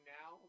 now